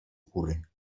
góry